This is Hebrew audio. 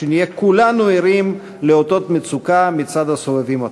שנהיה כולנו ערים לאותות מצוקה מצד הסובבים אותנו.